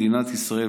אדוני סיים,